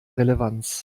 relevanz